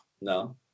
No